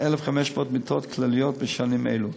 1,500 מיטות כלליות בשנים אלו.